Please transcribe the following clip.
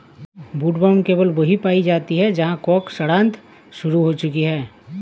woodworm केवल वहीं पाई जाती है जहां कवक सड़ांध शुरू हो चुकी है